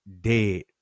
dead